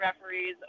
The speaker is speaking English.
referees